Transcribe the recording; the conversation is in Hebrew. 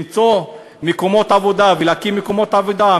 למצוא מקומות עבודה ולהקים מקומות עבודה,